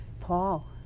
Paul